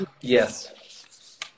Yes